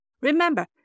Remember